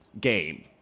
game